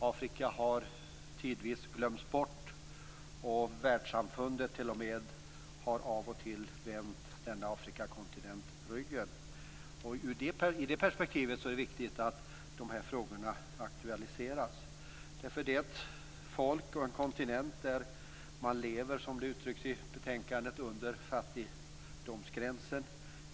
Afrika har tidvis glömts bort, och t.o.m. världssamfundet har av och till vänt den afrikanska kontinenten ryggen. Det är i det perspektivet viktigt att de här frågorna aktualiserats. Det gäller en kontinent där man, som det uttrycks i betänkandet, lever under fattigdomsgränsen.